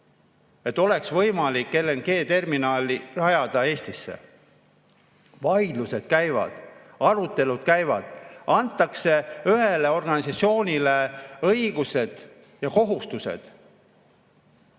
ei oleks võimalik LNG-terminali rajada Eestisse. Vaidlused, käivad, arutelud käivad, antakse ühele organisatsioonile õigused ja kohustused. Tänagi